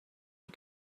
die